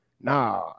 Nah